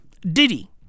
Diddy